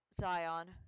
Zion